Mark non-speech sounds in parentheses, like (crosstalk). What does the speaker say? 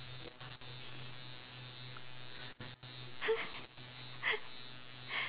(laughs)